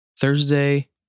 Thursday